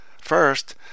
First